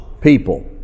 people